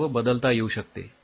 हे सर्व बदलता येऊ शकते